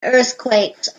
earthquakes